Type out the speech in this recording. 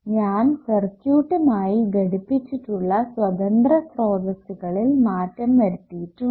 ഞാൻ സർക്യൂട്ടുമായി ഘടിപ്പിച്ചിട്ടുള്ള സ്വന്ത്രന്ത്ര സ്രോതസ്സുകളിൽ മാറ്റം വരുത്തിയിട്ടുണ്ട്